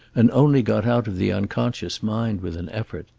and only got out of the unconscious mind with an effort.